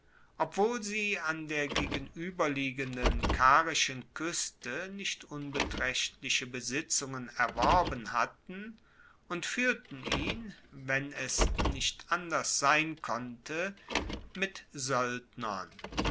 obwohl sie an der gegenueberliegenden karischen kueste nicht unbetraechtliche besitzungen erworben hatten und fuehrten ihn wenn es nicht anders sein konnte mit